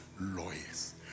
lawyers